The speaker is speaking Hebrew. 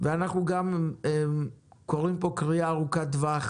אנחנו גם קוראים פה קריאה ארוכת-טווח,